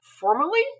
formally